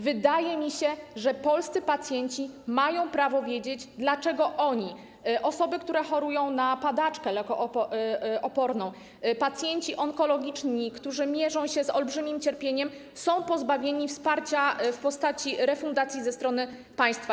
Wydaje mi się że polscy pacjenci mają prawo wiedzieć, dlaczego oni, osoby, które chorują na padaczkę lekooporną, pacjenci onkologiczni, którzy mierzą się z olbrzymim cierpieniem, są pozbawieni wsparcia w postaci refundacji ze strony państwa.